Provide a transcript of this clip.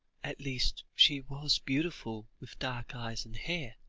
at least, she was beautiful, with dark eyes and hair,